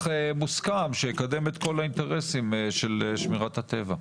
מוסכם שייקדם את כל האינטרסים של שמירת הטבע.